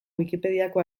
wikipediako